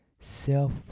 Self